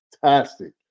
fantastic